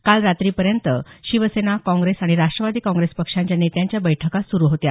काल रात्री पर्यंत शिवसेना काँग्रेस आणि राष्ट्रवादी काँग्रेस पक्षांच्या नेत्यांच्या बैठका सुरु होत्या